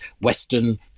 Western